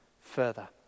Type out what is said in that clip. further